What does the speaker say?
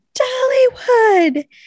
Dollywood